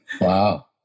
Wow